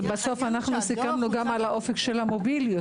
אבל בסוף סיכמנו גם על האופק של המוביליות,